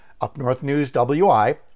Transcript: upnorthnewswi